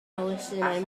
elusennau